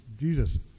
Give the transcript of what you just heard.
Jesus